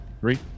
Three